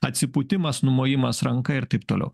atsipūtimas numojimas ranka ir taip toliau